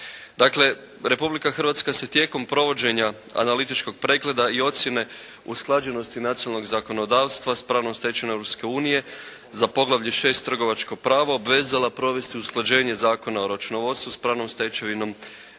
Dakle Republika Hrvatska se tijekom provođenja analitičkog pregleda i ocjene usklađenosti nacionalnog zakonodavstva sa pravnom stečevinom Europske unije za poglavlje 6. Trgovačko pravo obvezala provesti usklađenje Zakona o računovodstvu s pravnom stečevinom